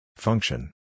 Function